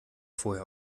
vorher